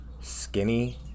skinny